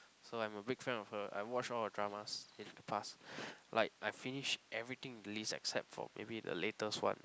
so I'm a big fan of her I watched all her dramas in the past like I finished everything released except for maybe the lastest one